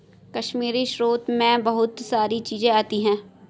कश्मीरी स्रोत मैं बहुत सारी चीजें आती है